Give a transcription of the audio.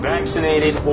Vaccinated